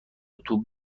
توپ